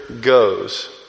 goes